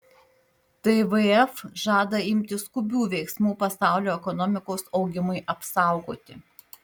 tvf žada imtis skubių veiksmų pasaulio ekonomikos augimui apsaugoti